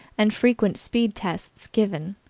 and frequent speed tests given,